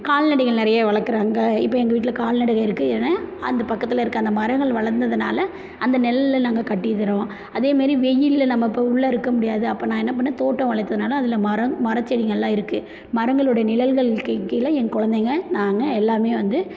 கால்நடைகள் நிறைய வளக்கிறாங்க இப்போ எங்கள் வீட்டில் கால்நட இருக்குது ஏன்னா அந்த பக்கத்தில் இருக்க அந்த மரங்கள் வளர்ந்ததுனால அந்த நெழல்ல நாங்கள் கட்டி இருக்கிறோம் அதேமாரி வெயிலில் நம்ம இப்போ உள்ளே இருக்க முடியாது அப்போ நான் என்ன பண்ணே தோட்டம் வளர்த்ததுனால அதில் மரம் மரம் செடிகள்லாம் இருக்குது மரங்களோட நிழல்கள் கீழே என் கொழந்தைங்க நாங்கள் எல்லோருமே வந்து